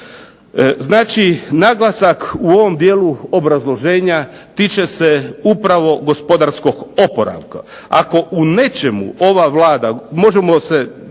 Znači naglasak u ovom dijelu obrazloženja tiče se upravo gospodarskog oporavka. Ako u nečemu ova Vlada, nemamo